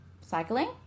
cycling